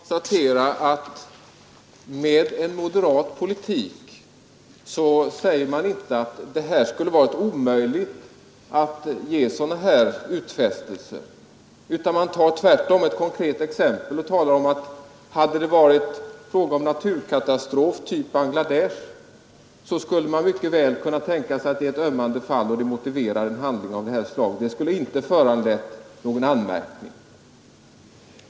Herr talman! Jag vill konstatera att man med en moderat politik inte Torsdagen den säger att det skulle vara omöjligt att göra sådana här utfästelser. Tvärtom 26 april 1973 tar man ett konkret exempel och säger att om det varit fråga om naturkatastrof av typ Bangladesh, skulle man mycket väl kunna tänka sig — Oranskning av stats att det vore ett ömmande fall som kunde motivera en handling av detta rådens ämbetsutövslaget. Det skulle inte ha föranlett någon anmärkning. ning m.m.